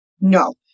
no